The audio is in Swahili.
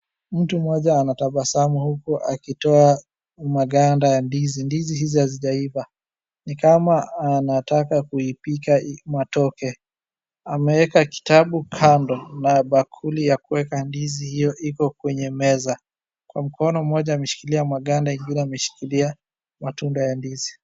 Mtu moja anatabasamu huku akitoa maganda ya ndizi, ndizi hizi hazijaiva ni kama anataka kuipika matoke, ameeka kitabu kando na bakuli ya kueka ndizi hiyo iko kwenye meza, kwa mkono mmoja ameshikilia maganda ingine ameshikilia matunda ya ndizi.